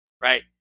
right